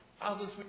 Others